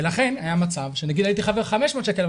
ולכן היה מצב שנגיד הייתי חייב להביא 500 שקל,